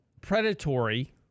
predatory